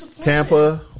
Tampa